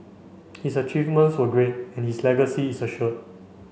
his achievements were great and his legacy is assured